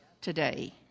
today